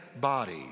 body